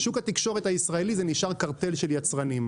בשוק התקשורת הישראלי זה נשאר קרטל של יצרנים.